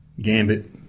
Gambit